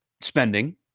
spending